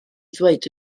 ddweud